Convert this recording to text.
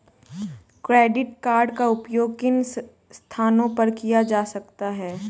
Credit card का उपयोग किन स्थानों पर किया जा सकता है?